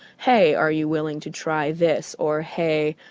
hey, are you willing to try this? or, hey,